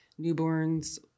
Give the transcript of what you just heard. newborns